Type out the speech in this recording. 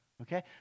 Okay